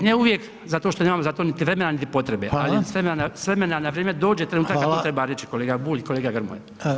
Ne uvijek, zato što nemamo za to niti vremena niti potrebe, ali s vremena na vrijeme dođe trenutak kada to treba reći kolega Bulj i kolega Grmoja.